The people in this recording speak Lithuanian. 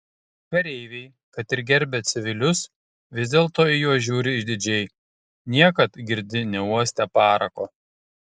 kareiviai kad ir gerbia civilius vis dėlto į juos žiūri išdidžiai niekad girdi neuostę parako